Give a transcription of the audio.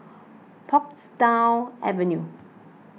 Portsdown Avenue